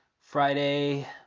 Friday